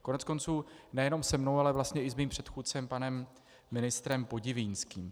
Koneckonců nejenom se mnou, ale vlastně i s mým předchůdcem panem ministrem Podivínským.